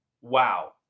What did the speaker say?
Wow